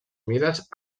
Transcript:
mides